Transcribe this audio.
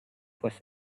was